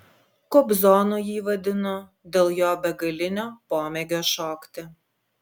kobzonu jį vadinu dėl jo begalinio pomėgio šokti